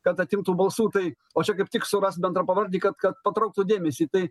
kad atimtų balsų tai o čia kaip tik suras bendrapavardį kad kad patrauktų dėmesį tai